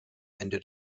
ende